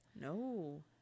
no